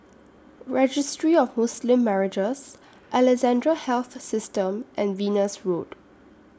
Registry of Muslim Marriages Alexandra Health System and Venus Road